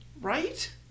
Right